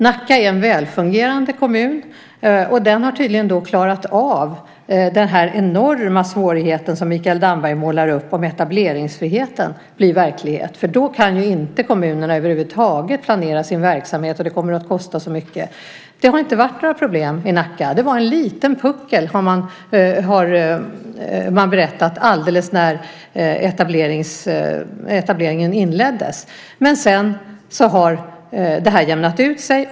Nacka är en välfungerande kommun, och den har tydligen klarat av den enorma svårigheten som Mikael Damberg målar upp om etableringsfriheten blir verklighet, för då kan ju kommunerna över huvud taget inte planera sin verksamhet, och det kommer att kosta så mycket. Det har inte varit några problem i Nacka. Man har berättat att det var en liten puckel alldeles när etableringen inleddes, men sedan har det jämnat ut sig.